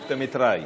אופטומטראי.